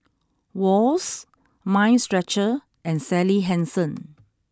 Wall's Mind Stretcher and Sally Hansen